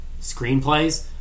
screenplays